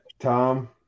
Tom